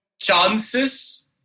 chances